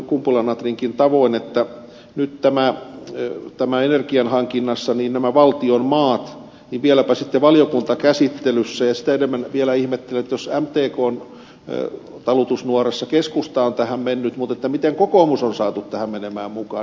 kumpula natrinkin tavoin että nyt tämä on hyvä mutta mä energianhankinnassa nämä valtion maat on rajattu pois vieläpä sitten valiokuntakäsittelyssä ja sitä enemmän vielä ihmettelen jos mtkn talutusnuorassa keskusta onkin tähän mennyt miten kokoomus on saatu tähän menemään mukaan